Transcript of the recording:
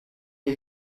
die